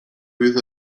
with